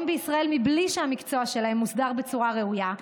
בישראל בלי שהמקצוע שלהם מוסדר בצורה ראויה,